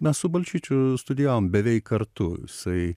mes su balčyčiu studijavom beveik kartu jisai